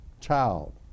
child